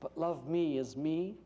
but love me as me